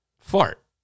fart